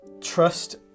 trust